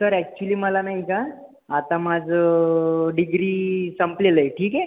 sir actually मला नाही का आता माझं डिग्री संपलेलं आहे ठीक आहे